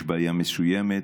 יש בעיה מסוימת,